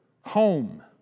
home